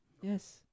Yes